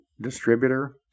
distributor